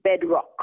bedrock